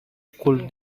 could